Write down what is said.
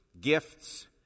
gifts